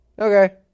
Okay